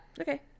Okay